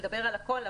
לדבר על הכול,